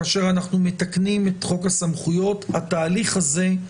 כאשר אנחנו מתקנים את חוק הסמכויות, התהליך הזה,